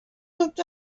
looked